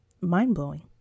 mind-blowing